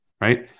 right